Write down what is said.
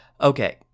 okay